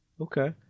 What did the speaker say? Okay